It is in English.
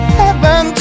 heaven